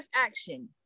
action